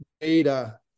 data